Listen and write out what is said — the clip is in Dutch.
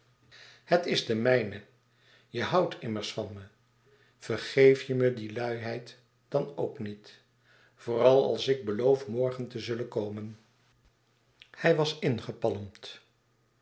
het is de mijne je houdt immers van me vergeef je me die luiheid dan ook niet vooral als ik beloof morgen te zullen komen hij was ingepalmd